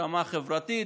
ברמה חברתית,